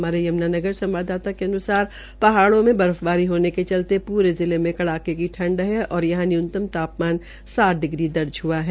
हमारे यमुनानगर संवाददाता के अनुसार पहाड़ो में बर्फबारी होने के चलते पूरे जिले मे कड़ाके की ठंड है और यहां का न्यूनतम तापमान सात डिग्री दर्ज हुआ है